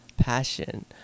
passion